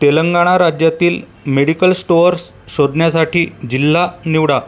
तेलंगणा राज्यातील medical stores शोधण्यासाठी जिल्हा निवडा